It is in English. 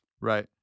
Right